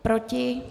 Proti?